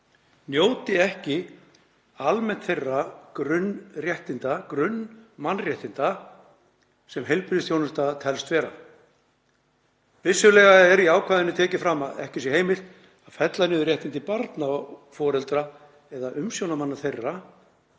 njóti almennt ekki þeirra grunnmannréttinda sem heilbrigðisþjónusta telst vera. Vissulega er í ákvæðinu tekið fram að ekki sé heimilt að fella niður réttindi barna, foreldra eða umsjónarmanna þeirra